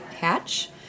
Hatch